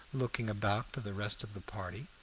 looking about for the rest of the party.